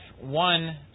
one